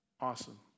Awesome